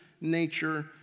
nature